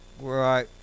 Right